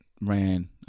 ran –